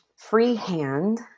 freehand